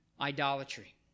idolatry